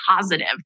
positive